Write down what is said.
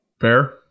Fair